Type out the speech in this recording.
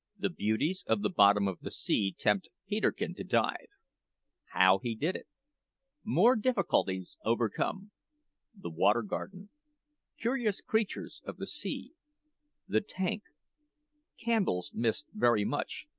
the beauties of the bottom of the sea tempt peterkin to dive how he did it more difficulties overcome the water garden curious creatures of the sea the tank candles missed very much,